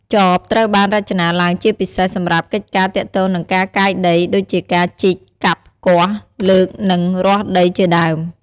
ចបត្រូវបានរចនាឡើងជាពិសេសសម្រាប់កិច្ចការទាក់ទងនឹងការកាយដីដូចជាការជីក កាប់ គាស់ លើកនិងរាស់ដី ជាដើម។